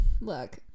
Look